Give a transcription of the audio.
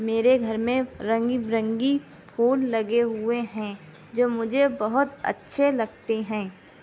میرے گھر میں رنگی برنگی پھول لگے ہوئے ہیں جو مجھے بہت اچھے لگتے ہیں